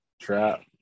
Trap